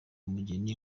umugeni